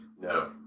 No